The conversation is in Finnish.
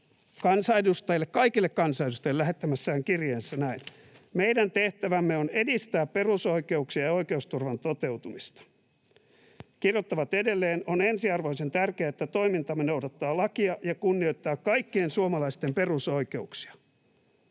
kaikille kansanedustajille lähettämässään kirjeessä näin: ”Meidän tehtävämme on edistää perusoikeuksien ja oikeusturvan toteutumista.” He kirjoittavat edelleen: ”On ensiarvoisen tärkeää, että toimintamme noudattaa lakia ja kunnioittaa kaikkien suomalaisten perusoikeuksia.”